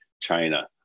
China